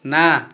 ନା